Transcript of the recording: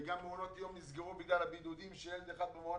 וגם מעונות יום נסגרו בגלל הבידודים שילד אחד במעון